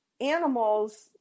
animals –